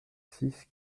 six